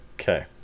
Okay